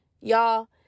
y'all